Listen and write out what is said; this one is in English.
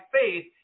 faith